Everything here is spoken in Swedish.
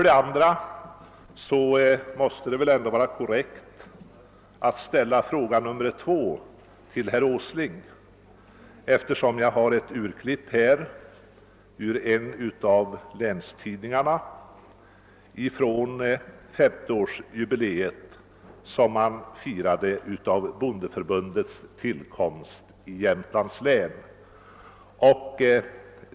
Det måste också vara korrekt att ställa fråga nummer två direkt till herr Åsling i dag. Jag har här ett urklipp ur en av länstidningarna vari refereras femtioårsjubileet av bondeförbundets tillkomst i Jämtlands län.